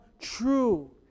true